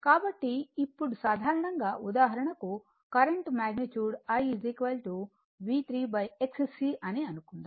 కాబట్టి ఇప్పుడు సాధారణంగా ఉదాహరణకు current magnitude I V3 xc అని అనుకుందాం